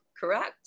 Correct